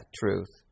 truth